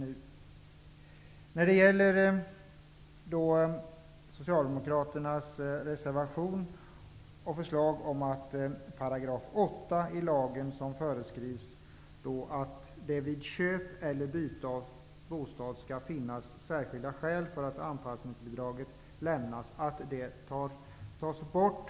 I reservationen från Socialdemokraterna framförs krav på att 8 §, där det föreskrivs att ''vid köp eller byte av bostad lämnas bostadsanpassningsbidrag endast om det finns särskilda skäl'', skall tas bort.